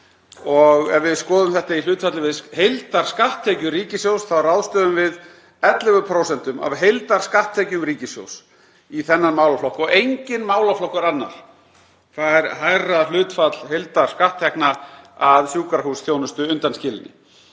Ef við skoðum þetta í hlutfalli við heildarskatttekjur ríkissjóðs þá ráðstöfum við 11% af heildarskatttekjum ríkissjóðs í þennan málaflokk og enginn annar málaflokkur fær hærra hlutfall heildarskatttekna, að sjúkrahúsþjónustu undanskilinni.